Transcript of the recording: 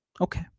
Okay